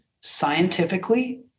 scientifically